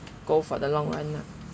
go for the long run ah